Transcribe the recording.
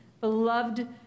beloved